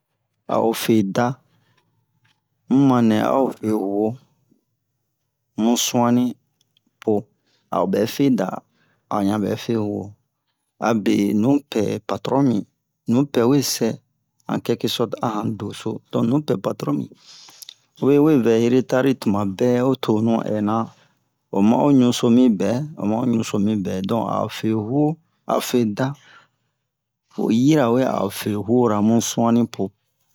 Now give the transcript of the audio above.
a'o fe da muma nɛ a'o fe yuo mu suani po a'o bɛ fe da a ɲa bɛ fe yuo abe nupɛ patron mi nupɛ we sɛ en quelque sorte a yan deso don nupɛ patron mi obe we vɛ retard tumabɛ o tonu ɛna o ma'o ɲuso mi bɛ o ma'o ɲuso mi bɛ don a'o fe yuo a'o fe da o yirawe a fe yuora mu suani po